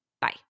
Bye